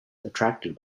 attracted